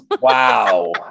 Wow